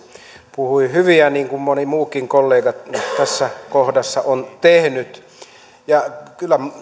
puhui hyviä niin kuin moni muukin kollega tässä kohdassa on tehnyt kyllä